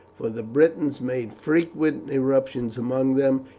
for the britons made frequent eruptions among them,